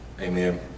amen